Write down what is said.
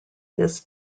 this